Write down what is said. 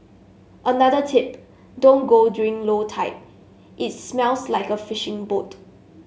another tip don't go during low tide it smells like a fishing boat